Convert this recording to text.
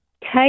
take